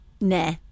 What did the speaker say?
nah